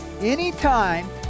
Anytime